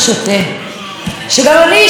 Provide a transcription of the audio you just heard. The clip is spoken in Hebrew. שגם אני אשתה מהבאר הזאת,